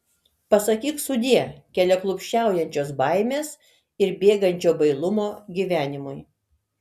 pasakyk sudie keliaklupsčiaujančios baimės ir bėgančio bailumo gyvenimui